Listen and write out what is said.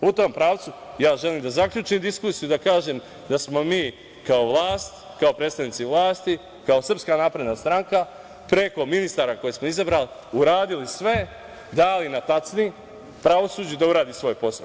U tom pravcu, ja želim da zaključim diskusiju, da kažem da smo mi kao vlast, kao predstavnici vlasti, kao SNS preko ministara koje smo izabrali uradili sve, dali na tacni pravosuđu da uradi svoj posao.